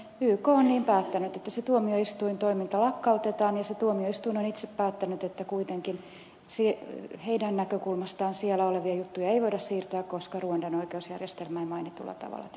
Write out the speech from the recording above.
yk on niin päättänyt että se tuomioistuintoiminta lakkautetaan ja se tuomioistuin on itse päättänyt että kuitenkin sen näkökulmasta siellä olevia juttuja ei voida siirtää koska ruandan oikeusjärjestelmä ei mainitulla tavalla tehnyt